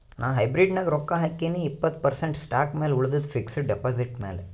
ನಾ ಹೈಬ್ರಿಡ್ ನಾಗ್ ರೊಕ್ಕಾ ಹಾಕಿನೀ ಇಪ್ಪತ್ತ್ ಪರ್ಸೆಂಟ್ ಸ್ಟಾಕ್ ಮ್ಯಾಲ ಉಳಿದಿದ್ದು ಫಿಕ್ಸಡ್ ಡೆಪಾಸಿಟ್ ಮ್ಯಾಲ